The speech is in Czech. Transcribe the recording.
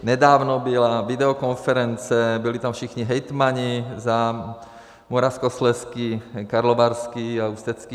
Nedávno byla videokonference, byli tam všichni hejtmani za Moravskoslezský, Karlovarský a Ústecký kraj.